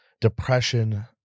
depression